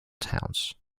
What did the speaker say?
towns